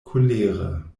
kolere